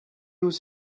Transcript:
was